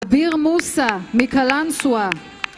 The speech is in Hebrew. אביר מוסא, מקלאנסוואה